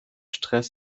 stress